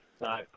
no